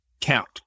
count